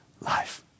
life